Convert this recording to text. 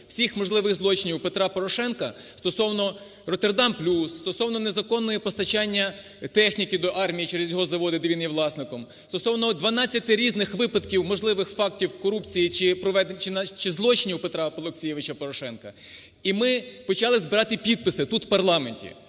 всіх можливих злочинів у Петра Порошенка стосовно "Роттердам плюс", стосовно незаконного постачання техніки до армії через його заводи, де він є власником, стосовно 12 різних випадків можливих фактів корупції чи злочинів Петра Олексійовича Порошенка. І ми почали збирати підписи тут, у парламенті,